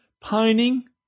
pining